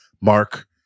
Mark